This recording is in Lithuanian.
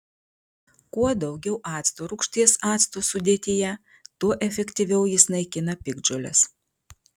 kuo daugiau acto rūgšties acto sudėtyje tuo efektyviau jis naikina piktžoles